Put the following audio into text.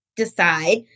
Decide